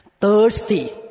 thirsty